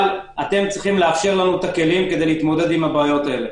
אבל אתם צריכים לאפשר לנו את הכלים כדי להתמודד עם הבעיות האלה.